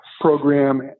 program